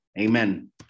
Amen